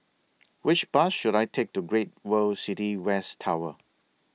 Which Bus should I Take to Great World City West Tower